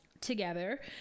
together